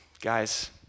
guys